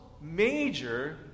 major